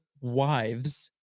wives